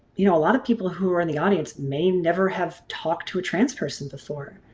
you know a lot of people who are in the audience may never have talked to a trans person before.